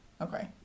Okay